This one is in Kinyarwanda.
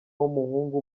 w’umuhungu